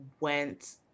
went